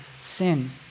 sin